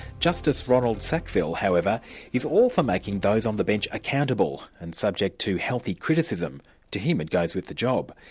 justice ronald sackville however is all for making those on the bench accountable, and subject to healthy criticism to him it goes with the job.